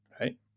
right